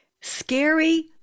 Scary